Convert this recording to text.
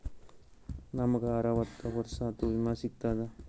ನಮ್ ಗ ಅರವತ್ತ ವರ್ಷಾತು ವಿಮಾ ಸಿಗ್ತದಾ?